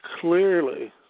clearly